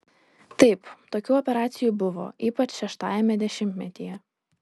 taip tokių operacijų buvo ypač šeštajame dešimtmetyje